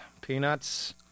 peanuts